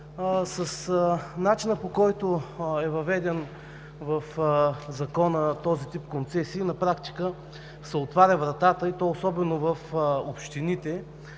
С начина, по който е въведен в Закона този тип концесии, на практика се отваря вратата, и то особено в общините,